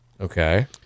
Okay